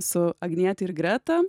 su agniete ir greta